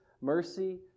mercy